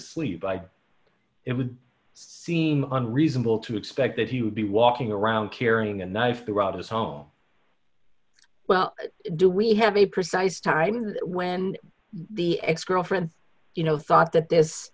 sleep it would seem unreasonable to expect that he would be walking around carrying a knife throughout his home well do we have a precise time when the ex girlfriend you know thought that this